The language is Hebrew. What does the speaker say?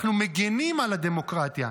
אנחנו מגינים על הדמוקרטיה,